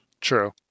True